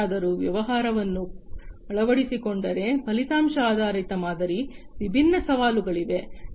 ಯಾರಾದರೂ ವ್ಯವಹಾರವನ್ನು ಅಳವಡಿಸಿಕೊಂಡರೆ ಫಲಿತಾಂಶ ಆಧಾರಿತ ಮಾದರಿ ವಿಭಿನ್ನ ಸವಾಲುಗಳಿವೆ